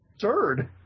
Third